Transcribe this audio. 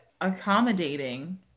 accommodating